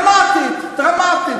מסיבת עיתונאים דרמטית, דרמטית.